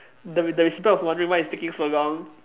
the the recipient was wondering why it's taking so long